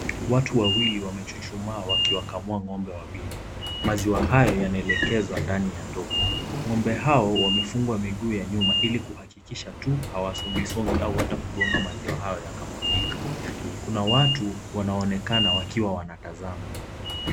Watu wawili wamechuchumaa wakiwakamua ng'ombe wawili. Maziwa haho yanaelekezwa ndani ya ndoo. Ng'ombe hao wamefungwa miguu ya nyuma ili kuhakikisha tu hawasongisongi au hata kungonga maziwa hayo yakamwagika. Kuna watu wanaonekana wakiwa wanatazama.